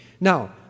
Now